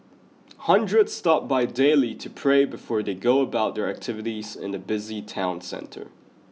hundreds stop by daily to pray before they go about their activities in the busy town centre